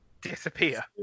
disappear